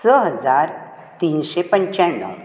स हजार तिनशे पंचाण्णव